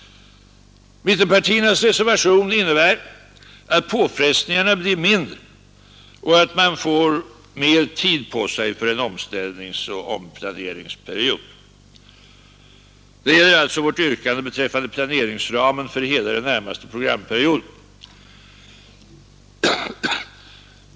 Mittenpartiernas reservation innebär att påfrestningarna blir mindre och att man får längre tid på sig för en omställningsoch omplaneringsperiod. Detta gäller alltså vårt yrkande beträffande planeringsramen för hela den närmaste programperioden.